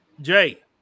Jay